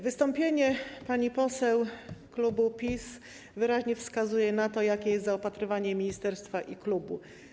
Wystąpienie pani poseł z klubu PiS wyraźnie wskazuje na to, jakie jest zapatrywanie ministerstwa i klubu.